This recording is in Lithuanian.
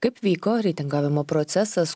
kaip vyko reitingavimo procesas